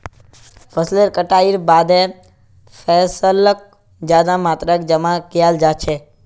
फसलेर कटाईर बादे फैसलक ज्यादा मात्रात जमा कियाल जा छे